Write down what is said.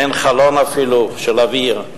אין חלון אפילו, לאוויר.